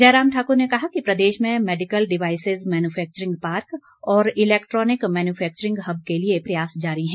जयराम ठाकुर ने कहा कि प्रदेश में मेडिकल डिवासिज़ मैन्युफैक्चरिंग पार्क और इलेक्ट्रॉनिक मैन्युफैक्चरिंग हब के लिए प्रयास जारी हैं